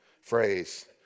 phrase